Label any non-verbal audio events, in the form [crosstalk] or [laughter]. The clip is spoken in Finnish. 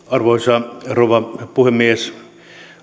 [unintelligible] arvoisa rouva puhemies